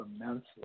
immensely